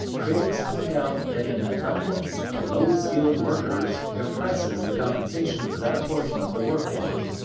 critics point out that an abundance of low-skilled workers depresses the compensation for that portion of the workforce.